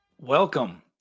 Welcome